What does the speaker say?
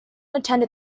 attended